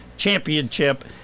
championship